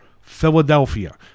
Philadelphia